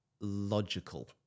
logical